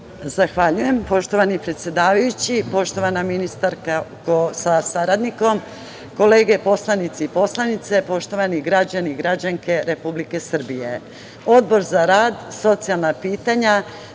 Zahvaljujem. Poštovana ministarko sa saradnikom, kolege poslanici i poslanice, poštovani građani i građanke Republike Srbije, Odbor za rad, socijalna pitanja,